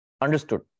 Understood